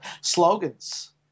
slogans